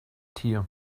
tier